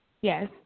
yes